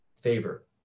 favor